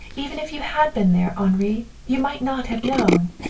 even if you had been there, henri, you might not have known.